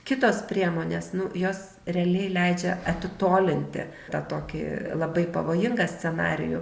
kitos priemonės nu jos realiai leidžia atitolinti tą tokį labai pavojingą scenarijų